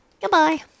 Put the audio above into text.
Goodbye